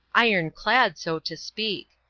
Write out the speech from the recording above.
iron-clad, so to speak.